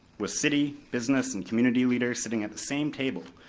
with city, business, and community leaders sitting at the same table,